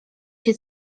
się